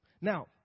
Now